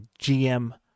GM